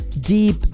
deep